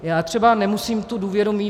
Já třeba nemusím tu důvěru mít.